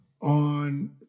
on